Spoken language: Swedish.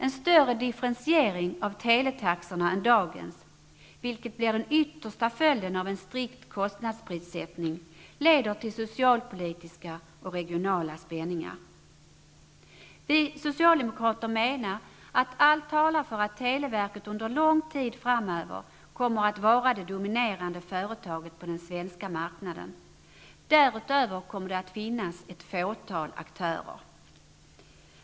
En större differentiering av teletaxorna än dagens, vilket blir den yttersta följden av en strikt kostnadsprissättning, leder till socialpolitiska och regionala spänningar. Vi socialdemokrater menar att allt talar för att televerket under lång tid framöver kommer att vara det dominerande företaget på den svenska marknaden. Därutöver kommer det att finnas ett fåtal aktörer.